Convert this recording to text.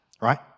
Right